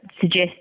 suggest